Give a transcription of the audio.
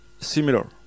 similar